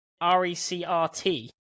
R-E-C-R-T